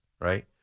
right